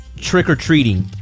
trick-or-treating